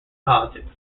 politics